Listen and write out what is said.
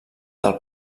del